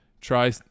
try